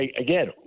again